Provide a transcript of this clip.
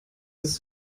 ist